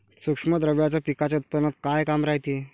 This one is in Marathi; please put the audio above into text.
सूक्ष्म द्रव्याचं पिकाच्या उत्पन्नात का काम रायते?